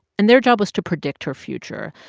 and their job was to predict her future,